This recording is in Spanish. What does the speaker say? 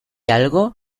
algo